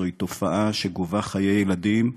זוהי תופעה שגובה חיי ילדים,